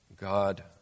God